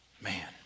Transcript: Man